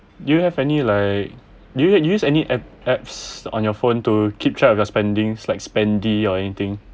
do you have any like do you use use any app apps on your phone to keep track of your spending like spendee or anything